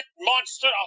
monster